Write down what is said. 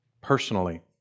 Personally